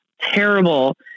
terrible